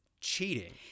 cheating